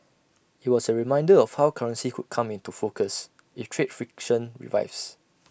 IT was A reminder of how currency could come into focus if trade friction revives